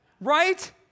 Right